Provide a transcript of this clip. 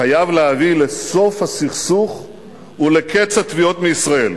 חייב להביא לסוף הסכסוך ולקץ התביעות מישראל.